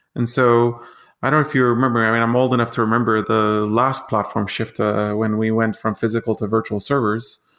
and so i don't know if you remember. um and i'm old enough to remember the last platform shift ah when we went from physical to virtual servers,